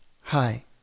Hi